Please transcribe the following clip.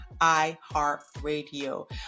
iHeartRadio